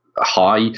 high